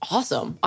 Awesome